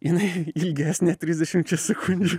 jinai ilgesnė trisdešimčia sekundžių